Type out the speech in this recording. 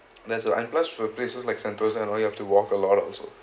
there's a for places like sentosa and all you have to walk a lot also